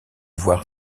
voir